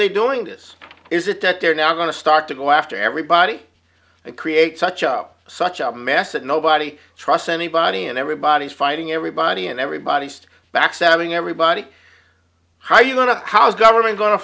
they doing this is it that they're now going to start to go after everybody and create such up such a mess that nobody trusts anybody and everybody is fighting everybody and everybody just backstabbing everybody how are you going to how is government going to